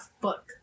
book